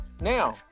Now